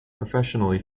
professionally